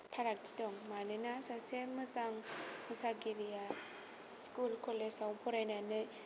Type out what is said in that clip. फारागथि दं मानोना सासे मोजां मोसागिरिया स्कुल कलेजाव फरायनानै